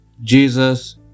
Jesus